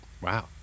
Wow